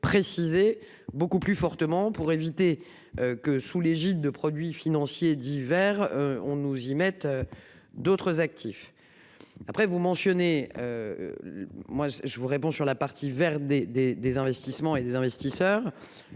préciser beaucoup plus fortement pour éviter. Que sous l'égide de produits financiers d'hiver on nous y mettent. D'autres actifs. Après vous mentionnez. Moi je vous réponds sur la partie vers des des des investissements et des investisseurs.